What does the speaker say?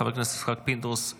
חבר הכנסת יצחק פינדרוס,